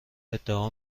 ادعا